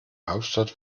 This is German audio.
hauptstadt